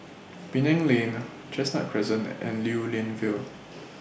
Penang Lane Chestnut Crescent and Lew Lian Vale